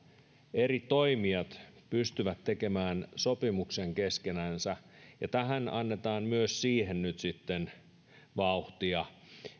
eri toimijat pystyvät tekemään sopimuksen keskenänsä ja myös siihen nyt sitten annetaan vauhtia